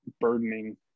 burdening